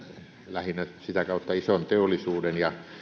lähinnä sitä kautta ison teollisuuden ja